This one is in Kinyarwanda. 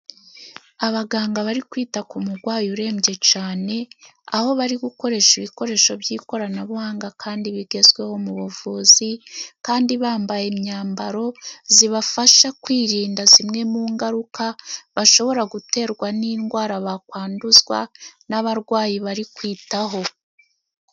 Abaganga bari kwita ku murwayi urembye cyane, aho bari gukoresha ibikoresho by'ikoranabuhanga kandi bigezweho mu buvuzi, kandi bambaye imyambaro ibafasha kwirinda zimwe mu ngaruka bashobora guterwa n'indwara bakanduzwa n'abarwayi bari kwitaho.